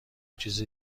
چیز